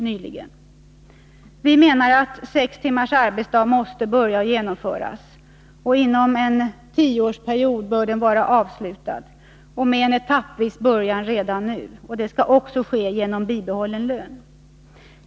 Vpk menar att sex timmars arbetsdag måste införas etappvis inom en tioårsperiod, med en början redan nu. Arbetstidsförkortningen skall genomföras med bibehållen lön.